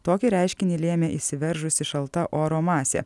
tokį reiškinį lėmė įsiveržusi šalta oro masė